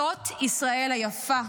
זאת ישראל היפה,